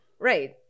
Right